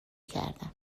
کردم